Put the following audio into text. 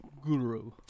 Guru